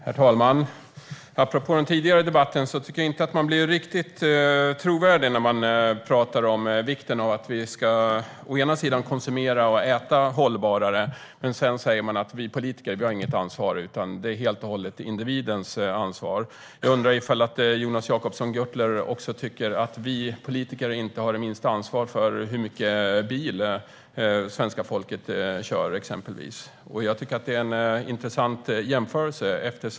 Herr talman! Apropå den tidigare debatten tycker jag inte att man blir riktigt trovärdig när man talar om vikten av att vi ska konsumera och äta hållbarare och sedan säger att vi politiker inte har något ansvar utan att det helt och håller är individens ansvar. Jag undrar om Jonas Jacobsson Gjörtler också tycker att vi politiker inte har det minsta ansvar för exempelvis hur mycket bil det svenska folket kör. Det är en intressant jämförelse.